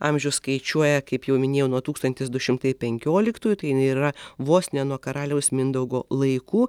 amžių skaičiuoja kaip jau minėjau nuo tūkstantis du šimtai penkioliktųjų tai jinai yra vos ne nuo karaliaus mindaugo laikų